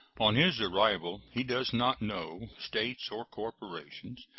on his arrival he does not know states or corporations,